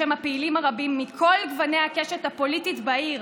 בשם הפעילים הרבים מכל גוני הקשת הפוליטית בעיר.